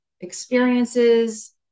experiences